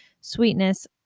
sweetness